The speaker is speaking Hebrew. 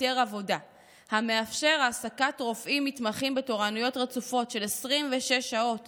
היתר עבודה המאפשר העסקת רופאים מתמחים בתורנויות רצופות של 26 שעות